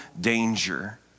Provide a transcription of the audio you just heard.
danger